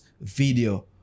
video